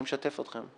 אני משתף אתכם.